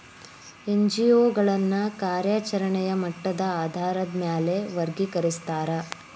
NGO ಗಳನ್ನ ಕಾರ್ಯಚರೆಣೆಯ ಮಟ್ಟದ ಆಧಾರಾದ್ ಮ್ಯಾಲೆ ವರ್ಗಿಕರಸ್ತಾರ